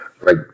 right